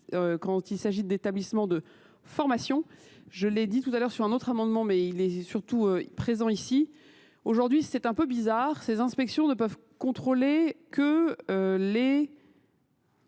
quand il s'agit d'établissements de formation. Je l'ai dit tout à l'heure sur un autre amendement, mais il est surtout présent ici. Aujourd'hui, c'est un peu bizarre. Ces inspections ne peuvent contrôler que les